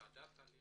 ועדת העלייה